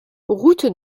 route